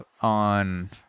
on